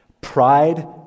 Pride